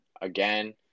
again